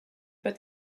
pas